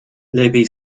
lepiej